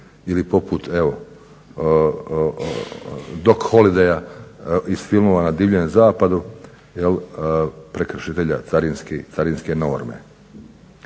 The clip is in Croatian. ili poput evo Doc Holidaya iz filmova na divljem zapadu jel' prekršitelja carinske norme.